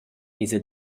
esa